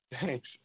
thanks